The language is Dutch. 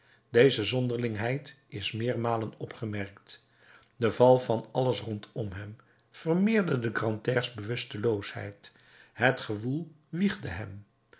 deze zonderlingheid is meermalen opgemerkt de val van alles rondom hem vermeerderde grantaires bewusteloosheid het gewoel wiegde hem